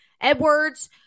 Edwards